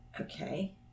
Okay